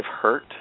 hurt